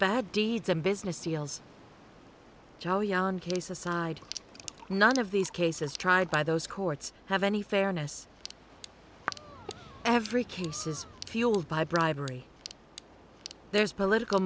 bad deeds and business deals joanne case aside none of these cases tried by those courts have any fairness every cases fueled by bribery there's political